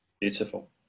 beautiful